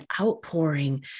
outpouring